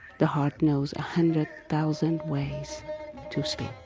the heart knows a hundred thousand ways to speak